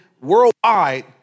worldwide